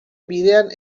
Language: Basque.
bidean